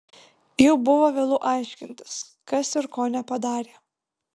jau buvo vėlu aiškintis kas ir ko nepadarė